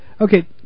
Okay